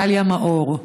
גליה מאור,